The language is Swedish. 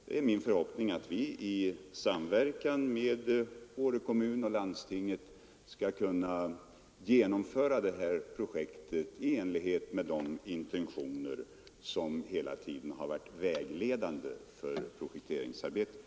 Det är min förhoppning att vi i samverkan med Åre kommun och landstinget skall kunna genomföra detta projekt i enlighet med de intentioner som hela tiden har varit vägledande för projekteringsarbetet.